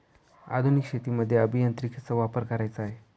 आधुनिक शेतीमध्ये अभियांत्रिकीचा वापर करायचा आहे